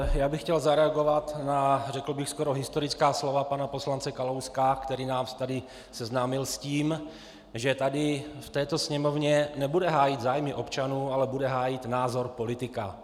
Já bych chtěl zareagovat na, řekl bych, skoro historická slova pana poslance Kalouska, který nás tady seznámil s tím, že v této Sněmovně nebude hájit zájmy občanů, ale bude hájit názor politika.